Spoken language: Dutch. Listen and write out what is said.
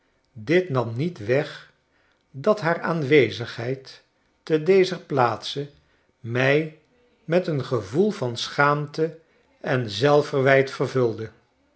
dit nam niet weg dat haar aanwezigheid te dezer plaatse mij met eengevoel van schaarate enzelfverwijt vervulde